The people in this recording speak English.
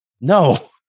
No